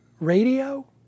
radio